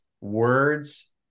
words